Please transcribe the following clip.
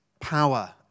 power